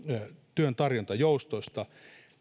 työn tarjontajoustosta